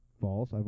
False